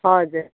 हजुर